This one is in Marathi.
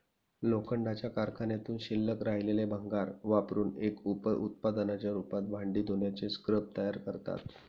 लोखंडाच्या कारखान्यातून शिल्लक राहिलेले भंगार वापरुन एक उप उत्पादनाच्या रूपात भांडी धुण्याचे स्क्रब तयार करतात